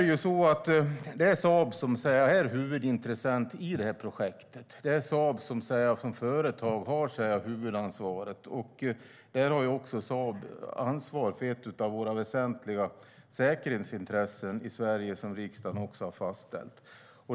Det är Saab som är huvudintressent i projektet. Saab har som företag huvudansvaret. Där har Saab också huvudansvar för ett av våra säkerhetsintressen i Sverige, som riksdagen också har fastställt.